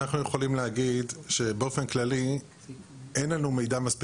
אנחנו יכולים להגיד שבאופן כללי אין לנו מידע מספיק